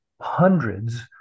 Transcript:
hundreds